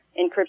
encryption